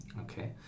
Okay